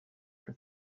for